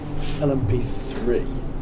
LMP3